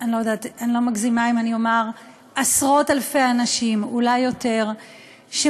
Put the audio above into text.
לא אגזים אם אומר על עשרות-אלפי אנשים שמתפתים